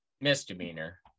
misdemeanor